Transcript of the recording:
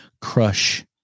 crush